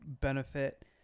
benefit